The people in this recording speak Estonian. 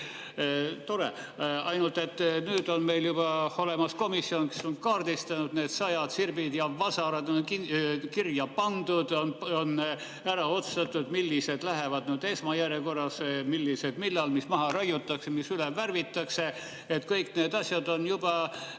Tore! Ainult et nüüd on meil juba olemas komisjon, kes on kaardistanud need sajad sirbid ja vasarad, need on kirja pandud. On ära otsustatud, millised lähevad esmajärjekorras, millal ja mis maha raiutakse, mis üle värvitakse. Kõik need asjad on juba